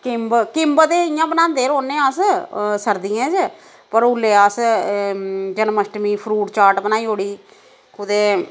किंब किंब ते इ'यां बनांदे रौह्ने अस सर्दियें च पर ओल्लै अस जन्माष्टमी ई फ्रूट चाट बनाई ओड़ी कुदै